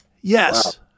Yes